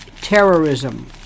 terrorism